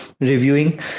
reviewing